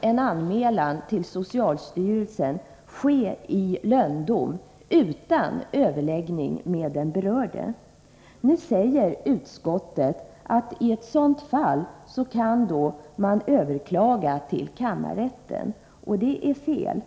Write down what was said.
en anmälan till socialstyrelsen i praktiken kan ske i lönndom utan överläggning med den berörde. Nu säger utskottet att man i ett sådant fall kan överklaga till kammarrätten. Det är fel.